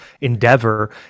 endeavor